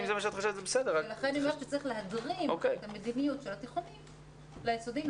לכן אני אומרת שצריך להדרים את המדיניות של התיכוניים ליסודיים,